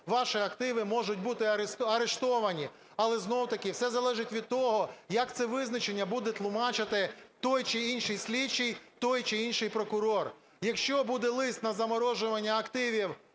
ваші активи можуть бути арештовані. Але знову-таки все залежить від того, як це визначення буде тлумачити той чи інший слідчий, той чи інший прокурор. Якщо буде лист на замороження активів